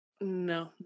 no